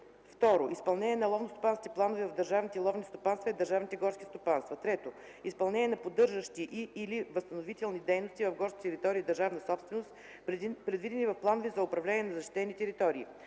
2. изпълнение на ловностопанските планове в държавните ловни стопанства и в държавните горски стопанства; 3. изпълнение на поддържащи и/или възстановителни дейности в горски територии – държавна собственост, предвидени в планове за управление на защитени територии;